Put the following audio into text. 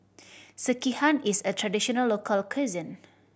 sekihan is a traditional local cuisine